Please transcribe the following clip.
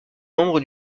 membre